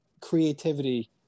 creativity